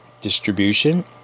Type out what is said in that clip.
distribution